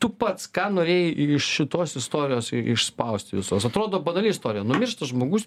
tu pats ką norėjai iš šitos istorijos išspausti visos atrodo banali istorija numiršta žmogus